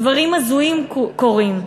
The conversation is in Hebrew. דברים הזויים קורים.